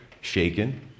shaken